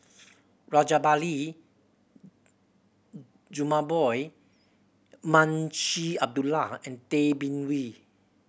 Rajabali Jumabhoy Munshi Abdullah and Tay Bin Wee